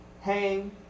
hang